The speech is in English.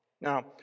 Now